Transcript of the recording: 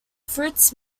fruits